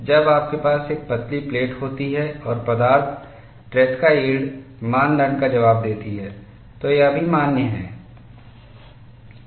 जब आपके पास एक पतली प्लेट होती है और पदार्थ ट्रेसका यील्डमानदंड का जवाब देती है तो यह भी मान्य है